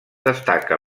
destaca